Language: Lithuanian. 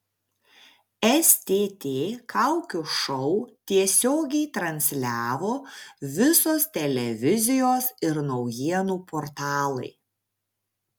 stt kaukių šou tiesiogiai transliavo visos televizijos ir naujienų portalai